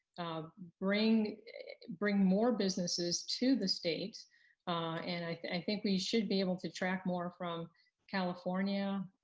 um bring bring more businesses to the state and i think we should be able to track more from california,